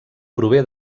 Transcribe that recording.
prové